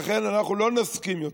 לכן אנחנו לא נסכים יותר.